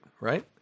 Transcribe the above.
right